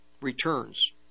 returns